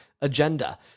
agenda